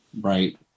Right